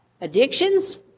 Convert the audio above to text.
addictions